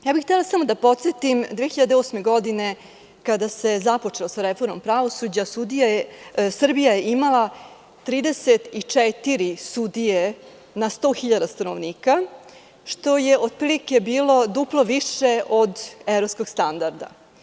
Htela bih samo da podsetim, 2008. godine, kada se započelo sa reformom pravosuđa, Srbija je imala 34 sudije na 100.000 stanovnika, što je otprilike bilo duplo više od evropskog standarda.